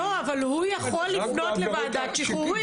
אבל הוא יכול לפנות לוועדת שחרורים.